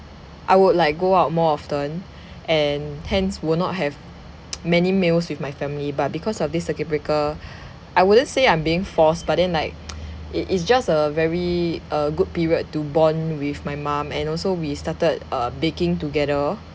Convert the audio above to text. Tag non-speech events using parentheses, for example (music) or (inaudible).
I would like go out more often and hence will not have (noise) many meals with my family but because of this circuit breaker I wouldn't say I'm being forced but then like (noise) it is just a very err good period to bond with my mum and also we started err baking together